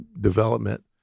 development